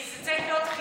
כי צריך חינוך